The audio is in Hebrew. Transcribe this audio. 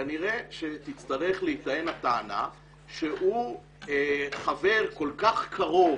כנראה שתצטרך להתדיין הטענה שהוא חבר כל כך קרוב